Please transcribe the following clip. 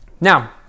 Now